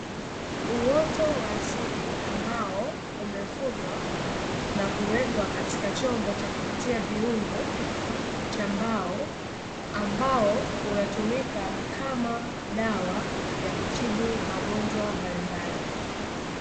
Uoto wa asili ambao umevunwa na kuwekwa katika chombo cha kukatia viungo cha mbao, ambao unatumika kama dawa ya kutibu magonjwa mbalimbali.